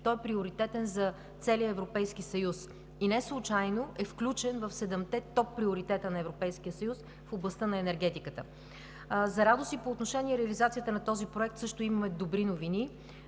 той е приоритетен за целия Европейски съюз и неслучайно е включен в седемте топ приоритета на Европейския съюз в областта на енергетиката. За радост, по отношение реализацията на този проект също имаме добри новини.